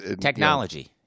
technology